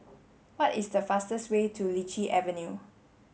what is the fastest way to Lichi Avenue